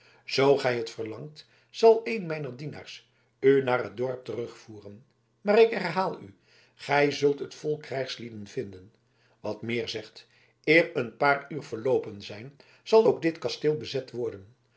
zoo gij het verlangt zal een mijner dienaars u naar het dorp terugvoeren maar ik herhaal u gij zult het vol krijgslieden vinden wat meer zegt eer een paar uur verloopen zijn zal ook dit kasteel bezet worden